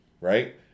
right